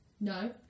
No